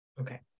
Okay